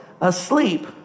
asleep